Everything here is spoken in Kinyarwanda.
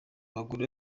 abagore